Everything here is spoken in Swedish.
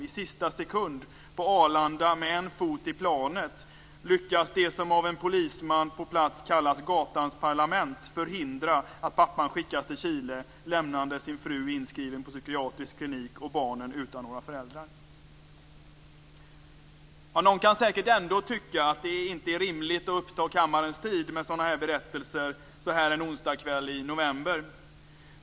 I sista sekund på Arlanda, när han står med en fot i planet, lyckas det som av en polisman på plats kallas "gatans parlament" förhindra att pappan skickas till Chile, lämnande sin fru inskriven på psykiatrisk klinik och barnen utan föräldrar. Någon kan säkert ändå tycka att det inte är rimligt att uppta kammarens tid med sådana här berättelser en onsdagskväll i november.